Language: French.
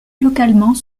localement